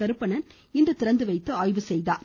கருப்பணன் இன்று திறந்துவைத்து ஆய்வு செய்தார்